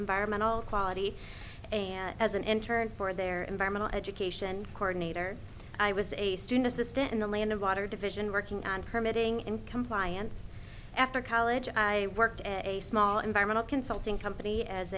environmental quality and as an intern for their environmental education cordon later i was a student assistant in the land of water division working on permitting and compliance after college i worked at a small environmental consulting company as